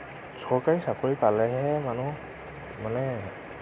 চৰকাৰী চাকৰি পালেহে মানুহ মানে